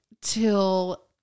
till